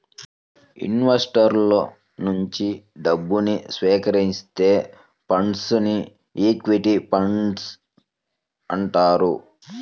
ఇన్వెస్టర్ల నుంచి డబ్బుని సేకరించే ఫండ్స్ను ఈక్విటీ ఫండ్స్ అంటారు